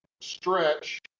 stretch